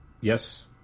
Yes